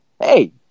hey